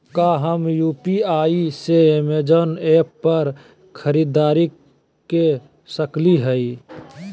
का हम यू.पी.आई से अमेजन ऐप पर खरीदारी के सकली हई?